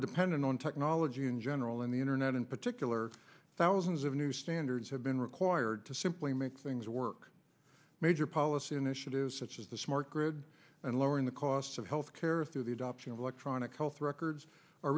dependent on technology in general and the internet in particular thousands of new standards have been required to simply make things work major policy initiatives such as the smart grid and lowering the costs of health care through the adoption of electronic health records